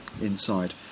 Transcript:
inside